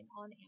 on